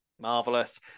Marvelous